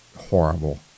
Horrible